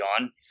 on